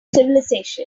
civilisation